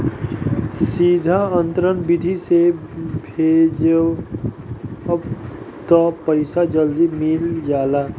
सीधा अंतरण विधि से भजबअ तअ पईसा जल्दी मिल जाला